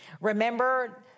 Remember